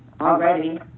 already